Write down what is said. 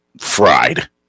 fried